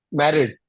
married